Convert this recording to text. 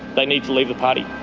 they need to leave the party.